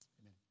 Amen